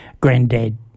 granddad